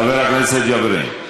חבר הכנסת ג'בארין.